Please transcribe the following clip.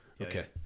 Okay